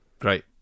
great